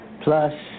Plus